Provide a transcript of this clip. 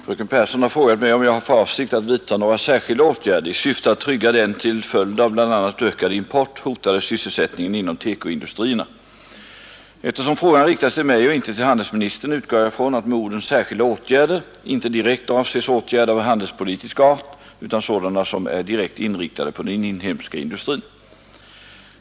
Fru talman! Fröken Pehrsson har frågat mig om jag har för avsikt att vidta några särskilda åtgärder i syfte att trygga den till följd av bl.a. ökad import hotade sysselsättningen inom TEKO-industrierna. Eftersom frågan riktats till mig och inte till handelsministern utgår jag från att med orden ”särskilda åtgärder” inte direkt avses åtgärder av handelspolitisk art utan sådana som är direkt inriktade på den inhemska industrin.